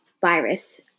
Virus